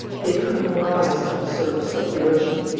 they couldn't rise to the surface of the ocean.